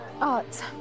Arts